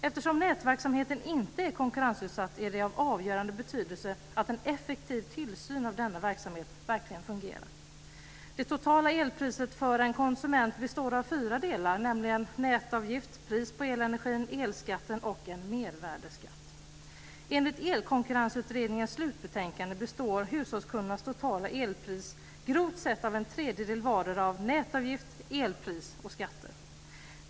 Eftersom nätverksamheten inte är konkurrensutsatt är det av avgörande betydelse att en effektiv tillsyn av denna verksamhet verkligen fungerar. Det totala elpriset för en konsument består av fyra delar, nämligen nätavgift, pris på elenergin, elskatten och en mervärdesskatt. Enligt Elkonkurrensutredningens slutbetänkande består hushållskundernas totala elpris grovt sett av en tredjedel vardera av nätavgift, elpris och skatter.